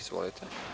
Izvolite.